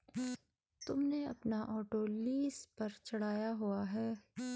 तुमने अपना auto lease पर चढ़ाया हुआ है?